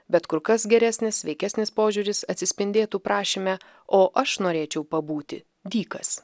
bet kur kas geresnis sveikesnis požiūris atsispindėtų prašyme o aš norėčiau pabūti dykas